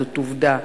זו עובדה.